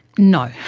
no.